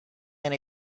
and